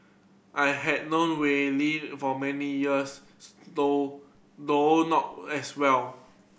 I have known Wei Li for many years though though not as well